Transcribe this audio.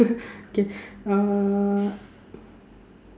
K uh